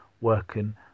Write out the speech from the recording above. working